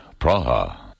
Praha